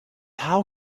how